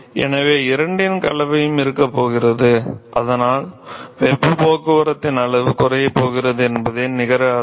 எனவே இரண்டின் கலவையும் இருக்கப் போகிறது அதனால் வெப்பப் போக்குவரத்தின் அளவு குறையப் போகிறது என்பதே நிகர விளைவு